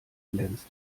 glänzt